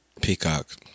Peacock